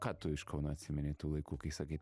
ką tu iš kauno atsimeni tų laikų kai sakai